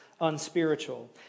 unspiritual